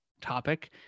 topic